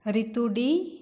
ᱨᱤᱛᱩᱰᱤ